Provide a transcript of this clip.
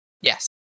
Yes